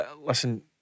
listen